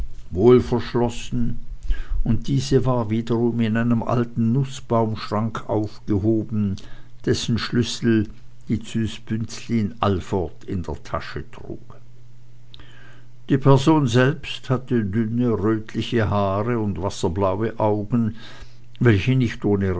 wohlverschlossen und diese war wiederum in einem alten nußbaumschrank aufgehoben dessen schlüssel die züs bünzlin allfort in der tasche trug die person selbst hatte dünne rötliche haare und wasserblaue augen welche nicht ohne